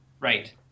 Right